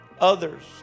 others